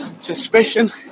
suspicion